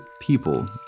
people